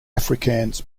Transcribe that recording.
afrikaans